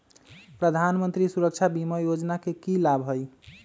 प्रधानमंत्री सुरक्षा बीमा योजना के की लाभ हई?